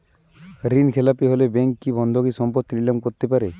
ঋণখেলাপি হলে ব্যাঙ্ক কি বন্ধকি সম্পত্তি নিলাম করতে পারে?